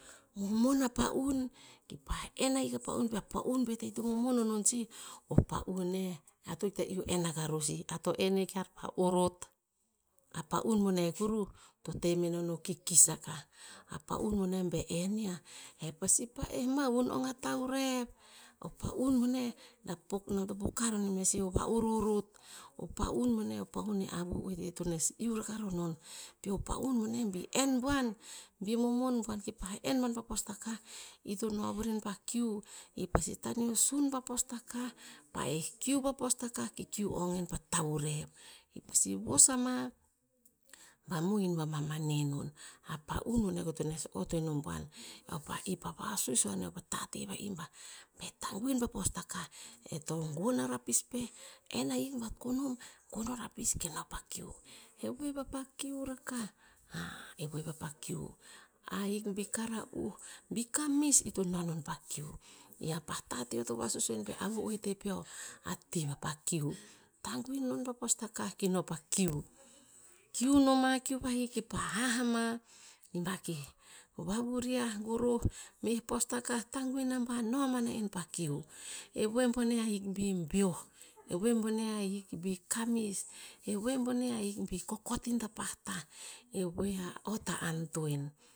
Momon a pa'un, ki pa en ahik a pa'un pi, pa pa'un pet eh i to momon onon sih, o pa'un eh iatohikta iu en akah ror sih, eato en yah kapa orot. A pa'un boneh kuruh, to temenon o kikis akah. A pa'un bone be en iah, epasi pai mahun ong a tavurev. O pa'un boneh nom to poka ronem sih o va ororot. O pa'un boneh opa'un e avu oete tones iu rakah ronon, pi oh pa'un bone bi en boan, bii momon boan ki pah en boan pa postakah, ito no vuren pa kiu. I pasi taneo sun pa postakah, pa eh kiu pa postakah, ki kiu ong en pa tavurev. I pasi vos ama, ba mohin vamamane non. A pa'un bone koto nes ot ho inoboan. ipa vasuis o anio pate va i bah, be tanguin pa postakah e to go a rapis peh, en ahik bat konom, go o rapis ke no pa kiu. E voe vapa kiu rakah e voe vapa kiu. Ahik bi kara uh, bi kamis, i to no non pa kiu, i apah ta tate eo to vasuis ohin pe avu oete peo, ati vapa kiu. Tanguin non pa postakah ki no pa kiu. Kiu noma kiu vahik, ki pa hah ama, ma kih vavuriah, goroh, meh postakah tanguin aban, no abana en pa kiu. Evoe bon ahik bi beoh. E voe boneh ahik bi kamis, e voe boneh ahik bi kokot in tapah tah, e voe a ot antoen.